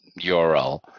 URL